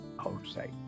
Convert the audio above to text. outside